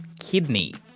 kidney,